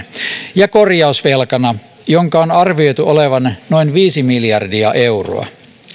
ja korjausvelkana jonka on arvioitu olevan noin viisi miljardia euroa